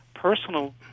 Personal